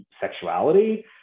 sexuality